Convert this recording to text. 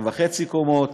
ל-2.5 קומות,